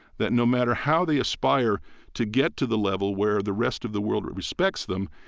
that no matter how they aspire to get to the level where the rest of the world respects them,